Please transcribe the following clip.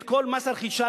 כל מס הרכישה,